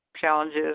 challenges